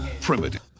Primitive